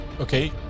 Okay